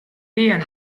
lehen